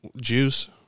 juice